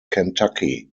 kentucky